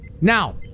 Now